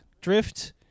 Drift